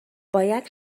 باید